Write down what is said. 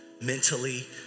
mentally